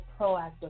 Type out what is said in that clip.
proactive